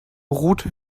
route